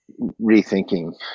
rethinking